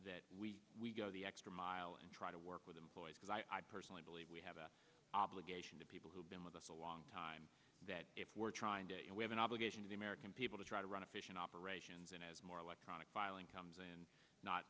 that we go the extra mile and try to work with them because i personally believe we have a obligation to people who've been with us a long time that if we're trying to have an obligation to the american people to try to run efficient operations and as more electronic filing comes in not